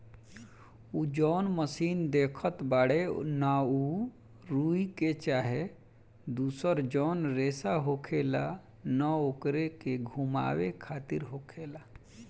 उ जौन मशीन देखत बाड़े न उ रुई के चाहे दुसर जौन रेसा होखेला न ओकरे के घुमावे खातिर होखेला